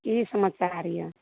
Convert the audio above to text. की समाचार यऽ